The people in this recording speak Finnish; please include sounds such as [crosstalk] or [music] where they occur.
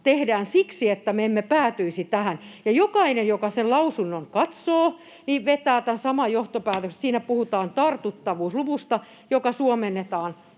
nimenomaan siksi, että me emme päätyisi tähän. Ja jokainen, joka sen lausunnon katsoo, vetää tämän saman johtopäätöksen. [noise] Siinä puhutaan tartuttavuusluvusta, joka suomennetaan